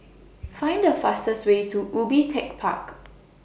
Find The fastest Way to Ubi Tech Park